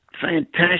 fantastic